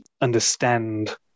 understand